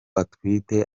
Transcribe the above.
atwite